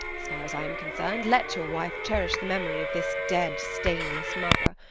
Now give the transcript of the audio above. as far as i am concerned, let your wife cherish the memory of this dead, stainless mother.